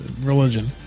religion